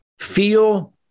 feel